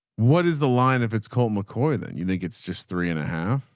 what is the line of it's colt mccoy, then you think it's just three and a half.